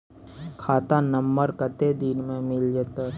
खाता नंबर कत्ते दिन मे मिल जेतै?